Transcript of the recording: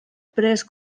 pres